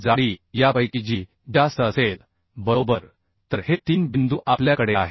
जाडी यापैकी जी जास्त असेल बरोबर तर हे तीन बिंदू आपल्याकडे आहेत